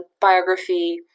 biography